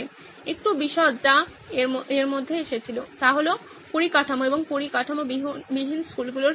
একটু বিশদ যা এর মধ্যে এসেছিল তা হল অবকাঠামো এবং অবকাঠামোবিহীন স্কুলগুলির কী হবে